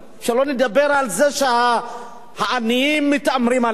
שלא נדבר על זה שהעניים, מתעמרים בהם.